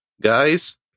Guys